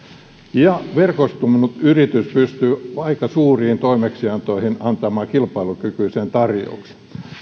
ja verkostunut yritys pystyy aika suuriin toimeksiantoihin antamaan kilpailukykyisen tarjouksen